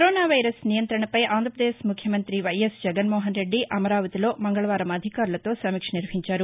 corona వైరస్నియంతణపై ఆంధ్రాపదేశ్ ముఖ్యమంతి వైఎస్ జగన్మోహన్రెడ్డిఅమరావతిలో మంగళవారంఅధికారులతో సమీక్ష నిర్వహించారు